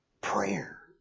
Prayer